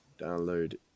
download